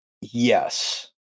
Yes